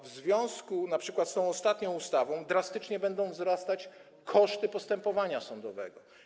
W związku np. z tą ostatnią ustawą drastycznie będą wzrastać koszty postępowania sądowego.